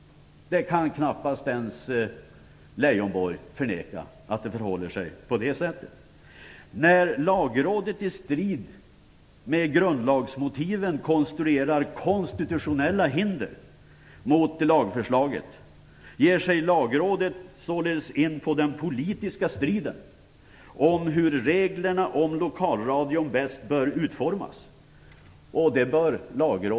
Inte ens Lars Leijonborg kan väl förneka att det förhåller sig på det sättet. När Lagrådet i strid med grundlagsmotiven konstruerar konstitutionella hinder mot lagförslaget ger sig Lagrådet således in i den politiska striden om hur reglerna om hur lokalradion bäst bör utformas.